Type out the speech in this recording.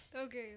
Okay